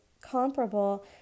comparable